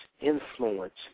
influence